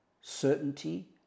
Certainty